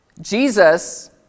Jesus